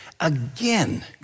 Again